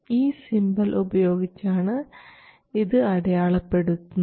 ഈ സിംബൽ ഉപയോഗിച്ചാണ് ഇത് അടയാളപ്പെടുത്തുന്നത്